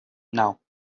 naŭ